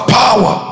power